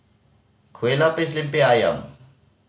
Kueh Lapis Lemper Ayam